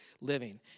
living